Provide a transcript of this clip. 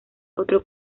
otro